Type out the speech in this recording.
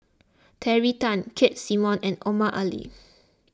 Terry Tan Keith Simmons and Omar Ali